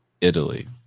Italy